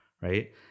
right